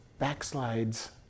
backslides